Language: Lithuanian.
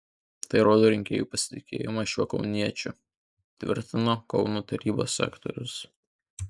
tai rodo rinkėjų pasitikėjimą šiuo kauniečiu tvirtino kauno tarybos sekretorius